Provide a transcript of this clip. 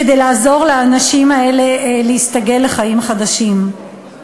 כדי לעזור לאנשים האלה להסתגל לחיים חדשים.